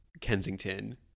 Kensington